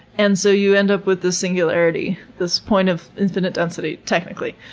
and so you end up with the singularity. this point of infinite density. technically.